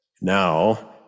Now